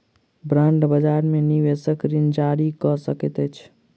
bond बजार में निवेशक ऋण जारी कअ सकैत अछि